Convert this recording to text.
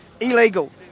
illegal